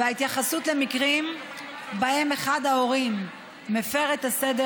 וההתייחסות למקרים שבהם אחד ההורים מפר את הסדר